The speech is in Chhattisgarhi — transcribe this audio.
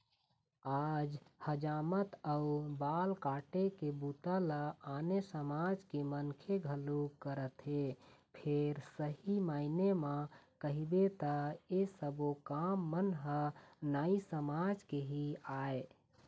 आज हजामत अउ बाल काटे के बूता ल आने समाज के मनखे घलोक करत हे फेर सही मायने म कहिबे त ऐ सब्बो काम मन ह नाई समाज के ही आय